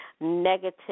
negative